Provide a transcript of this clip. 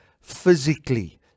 physically